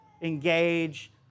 Engage